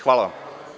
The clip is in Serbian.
Hvala vam.